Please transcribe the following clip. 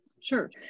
Sure